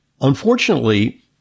unfortunately